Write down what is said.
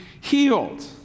healed